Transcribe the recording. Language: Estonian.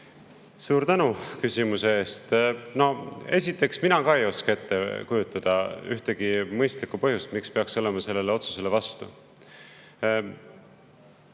Suur tänu küsimuse eest! Esiteks, mina ka ei oska ette kujutada ühtegi mõistlikku põhjust, miks peaks olema selle otsuse vastu.